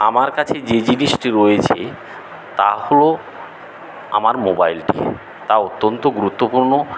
আমার কাছে যে জিনিসটি রয়েছে তা হল আমার মোবাইলটি তা অত্যন্ত গুরুত্বপূর্ণ